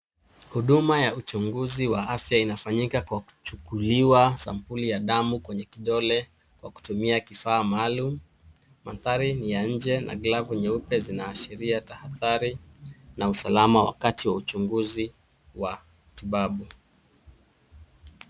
Huduma ya uchunguzi wa afya inafanywa kwa kuchukuliwa sampuli ya damu kwenye kidole kwa kutumia kifaa maalum. Mandhari ni ya nje na glavu nyeupe zinaashiria tahadhari na usalama wakati wa uchunguzi wa matibabu.